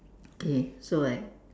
okay so I